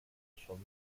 shall